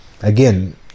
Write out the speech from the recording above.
Again